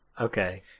okay